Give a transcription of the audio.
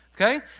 Okay